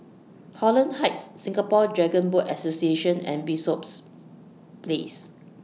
Holland Heights Singapore Dragon Boat Association and Bishops Place